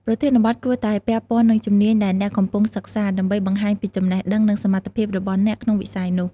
ប្រធានបទគួរតែពាក់ព័ន្ធនឹងជំនាញដែលអ្នកកំពុងសិក្សា ដើម្បីបង្ហាញពីចំណេះដឹង និងសមត្ថភាពរបស់អ្នកក្នុងវិស័យនោះ។